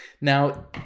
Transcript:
Now